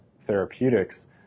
therapeutics